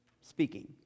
speaking